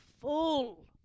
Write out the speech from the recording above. full